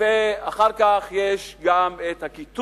אחר כך יש גם הקיטוב